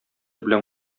белән